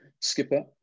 skipper